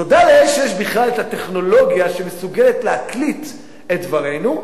תודה לאל שיש בכלל הטכנולוגיה שמסוגלת להקליט את דברינו,